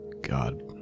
God